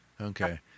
Okay